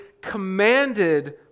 commanded